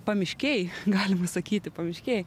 pamiškėj galima sakyti pamiškėj